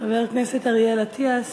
חבר הכנסת אריאל אטיאס.